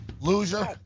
Loser